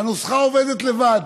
מה שנקרא, והנוסחה עובדת לבד.